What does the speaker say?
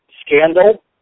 Scandal